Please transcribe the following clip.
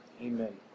amen